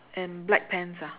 and black pants ah